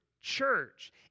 church